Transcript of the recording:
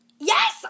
Yes